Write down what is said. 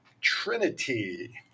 Trinity